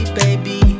baby